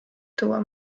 tuua